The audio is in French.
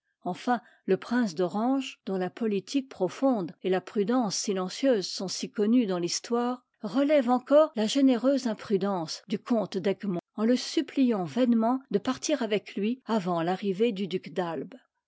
enfin le prince d'orange dont la politique profonde et la prudence silencieuse sont si connues dans l'histoire relève encore la généreuse imprudence du comte d'egmont en le suppliant vainement de partir avec lui avant l'arrivée du duc d'albe